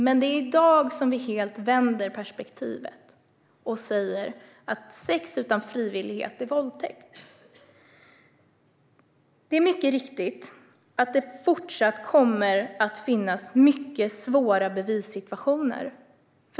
Men det är i dag som vi helt vänder perspektivet och säger att sex utan frivillighet är våldtäkt. Det är mycket riktigt så att det fortsatt kommer att finnas mycket svåra bevissituationer.